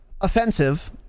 offensive